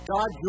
God